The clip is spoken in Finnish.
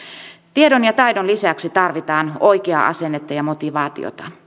tiedon ja taidon lisäksi tarvitaan oikeaa asennetta ja motivaatiota